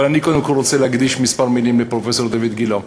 אבל אני קודם כול רוצה להקדיש כמה מילים לפרופסור דיויד גילה.